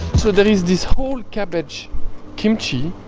so there is this whole cabbage kimchi